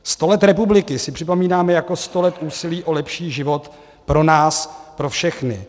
Sto let republiky si připomínáme jako sto let úsilí o lepší život pro nás pro všechny.